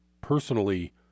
personally